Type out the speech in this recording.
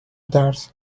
درس